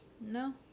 No